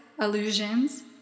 illusions